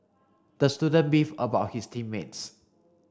the student beefed about his team mates